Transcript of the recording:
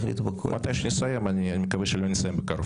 לא נשאר לכם